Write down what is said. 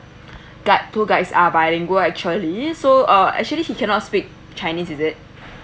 guide tour guides are bilingual actually so uh actually he cannot speak chinese is it